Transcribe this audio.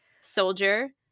Soldier